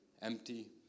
empty